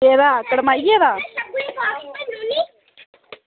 केह्दा कड़माइयै दा